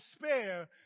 despair